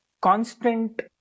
constant